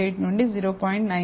88 నుండి 0